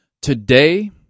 Today